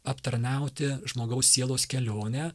aptarnauti žmogaus sielos kelionę